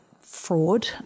fraud